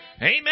Amen